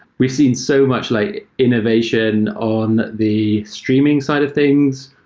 we've seen so much like innovation on the streaming side of things,